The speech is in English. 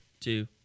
two